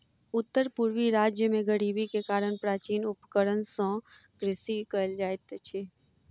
उत्तर पूर्वी राज्य में गरीबी के कारण प्राचीन उपकरण सॅ कृषि कयल जाइत अछि